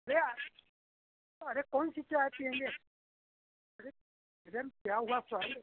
रे आ रे अरे कौन सी चाय पिएंगे मैडम क्या हुआ सॉरी